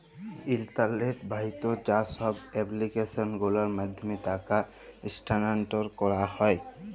ইলটারলেট বাহিত যা ছব এপ্লিক্যাসল গুলার মাধ্যমে টাকা ইস্থালাল্তর ক্যারা হ্যয়